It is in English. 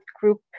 group